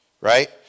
right